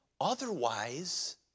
Otherwise